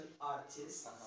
artists